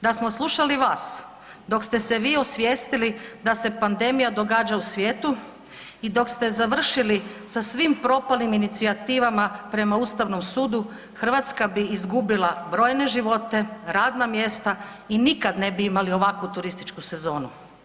Da smo slušali vas da ste se vi osvijestili da se pandemija događa u svijetu i dok ste završili sa svim propalim inicijativama prema Ustavnom sudu Hrvatska bi izgubila brojne živote, radna mjesta i nikad ne bi imali ovakvu turističku sezonu.